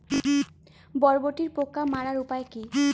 বরবটির পোকা মারার উপায় কি?